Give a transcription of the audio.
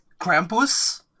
Krampus